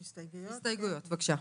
הסתייגויות, בבקשה.